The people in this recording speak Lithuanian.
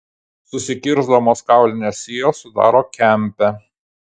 susikirsdamos kaulinės sijos sudaro kempę